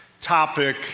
topic